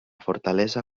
fortalesa